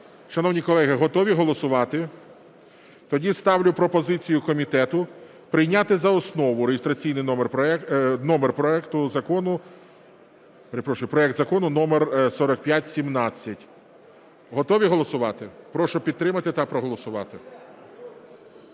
Шановні колеги, готові голосувати? Тоді ставлю пропозицію комітету прийняти за основу проект Закону номер 4517. Готові голосувати? Прошу підтримати та проголосувати.